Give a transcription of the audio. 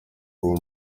kuba